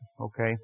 okay